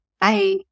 Bye